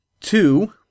Two